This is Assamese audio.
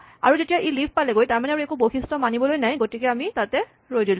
আৰু যেতিয়া ই লিফ পালেগৈ তাৰমানে আৰু একো বৈশিষ্ট মানিবলৈ নাই গতিকে আমি তাতে ৰৈ দিলো